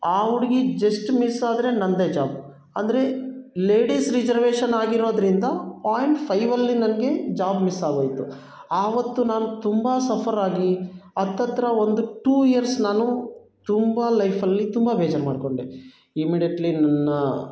ಆ ಹುಡ್ಗಿ just miss ಆದರೆ ನನ್ನದೇ ಜಾಬ್ ಅಂದರೆ ಲೇಡಿಸ್ ರಿಜರ್ವೇಶನ್ ಆಗಿರೋದರಿಂದ ಪಾಯಿಂಟ್ ಫೈವಲ್ಲಿ ನನಗೆ ಜಾಬ್ ಮಿಸ್ ಆಗೋಯಿತು ಆವತ್ತು ನಾನು ತುಂಬ ಸಫರಾಗಿ ಹತ್ತತ್ರ ಒಂದು ಟೂ ಇಯರ್ಸ್ ನಾನು ತುಂಬ ಲೈಫಲ್ಲಿ ತುಂಬ ಬೇಜಾರು ಮಾಡಿಕೊಂಡೆ ಇಮ್ಮಿಡಿಯೇಟ್ಲಿ ನನ್ನ